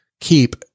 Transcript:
keep